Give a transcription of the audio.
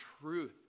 truth